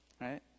right